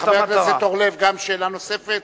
חבר הכנסת אורלב, שאלה נוספת